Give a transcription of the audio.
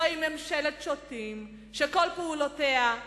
זוהי ממשלת שוטים שכל פעולותיה,